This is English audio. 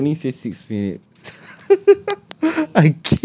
sekali they only say six minutes